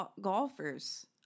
golfers